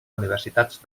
universitats